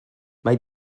mae